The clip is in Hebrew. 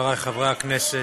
חבריי חברי הכנסת,